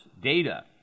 data